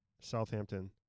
Southampton